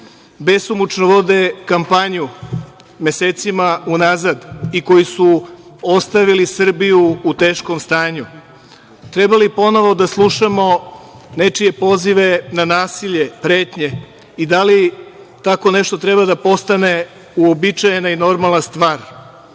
besomučno vode kampanju mesecima unazad i koji su ostavili Srbiju u teškom stanju. Treba li ponovo da slušamo nečije pozive na nasilje, pretnje i da li tako nešto treba da postane uobičajena i normalna stvar?